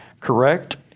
Correct